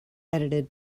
edited